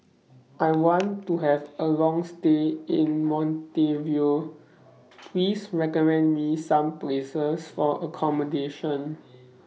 I want to Have A Long stay in Montevideo Please recommend Me Some Places For accommodation